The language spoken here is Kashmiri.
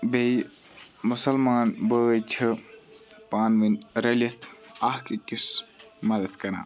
بیٚیہِ مُسَلمان بٲے چھِ پانہٕ ؤنۍ رٔلِتھ اَکھ أکِس مَدَد کَران